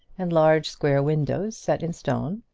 and large square windows set in stone.